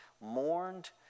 mourned